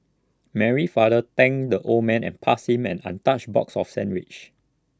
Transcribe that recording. Mary's father thanked the old man and passed him an untouched box of sandwiches